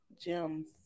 Gems